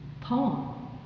poem